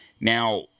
Now